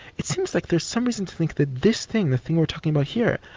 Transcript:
it seems like there's some reason to think that this thing, the thing we're talking about here,